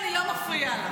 יסמין, אני לא מפריעה לך.